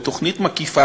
בתוכנית מקיפה